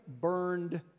burned